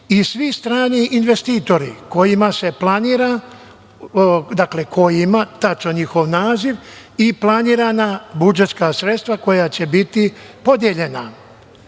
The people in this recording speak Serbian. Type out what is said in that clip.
i svi strani investitori kojima se planira, dakle ko ima tačan njihov naziv i planirana budžetska sredstva koja će biti podeljena,